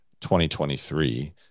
2023